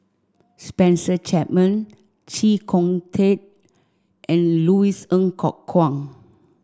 Spencer Chapman Chee Kong Tet and Louis Ng Kok Kwang